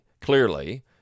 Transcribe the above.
clearly